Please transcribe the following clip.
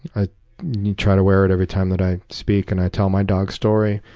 i try to wear it every time that i speak, and i tell my dog story.